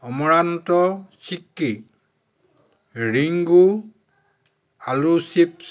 amaranth chikki Ringo আলু chips